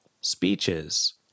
speeches